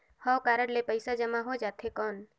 हव कारड ले पइसा जमा हो जाथे कौन?